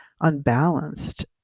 unbalanced